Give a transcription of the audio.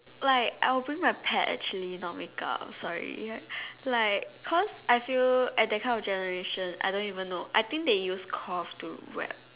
like I will bring my pet actually not make up sorry like cause I feel at that kind of generation I don't even know I think they use cough to wrap